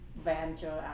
venture